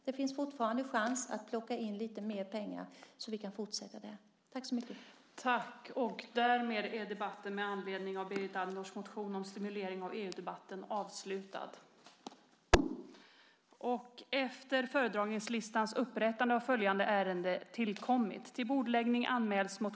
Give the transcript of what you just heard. Det finns fortfarande chans att plocka in lite mer pengar så att vi kan fortsätta med detta.